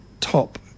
top